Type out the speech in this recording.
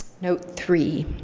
note three.